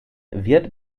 wird